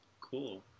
Cool